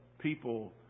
people